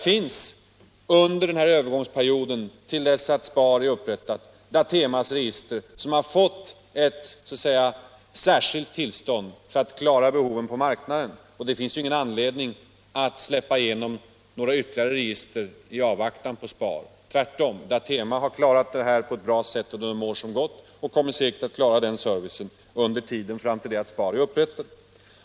Under övergångsperioden till dess att SPAR är upprättat har Datema fått särskilt tillstånd att upprätta ett register för att klara behoven på marknaden. Det finns ingen anledning att släppa igenom några ytterligare register i avvaktan på SPAR. Tvärtom —- Datema har klarat det här på ett bra sätt under de år som gått och kommer säkert att klara den servicen fram till dess att SPAR är upprättat.